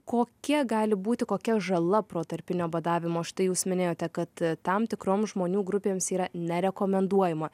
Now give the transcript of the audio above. kokia gali būti kokia žala protarpinio badavimo štai jūs minėjote kad tam tikrom žmonių grupėms yra nerekomenduojama